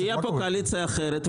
כשתהיה קואליציה אחרת,